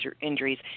injuries